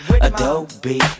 Adobe